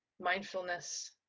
mindfulness